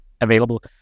available